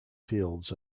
fields